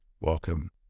Welcome